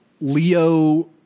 Leo